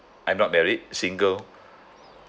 I'm not married single